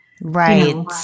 right